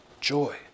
joy